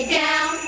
down